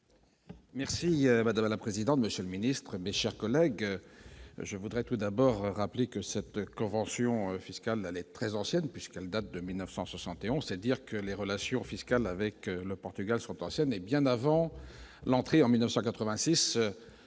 Merci madame la présidente, monsieur le Ministre, mes chers collègues, je voudrais tout d'abord rappeler que cette convention fiscale année très ancienne puisqu'elle date de 1971 c'est-à-dire que les relations fiscales avec le Portugal sont anciennes et bien avant l'entrée en 1986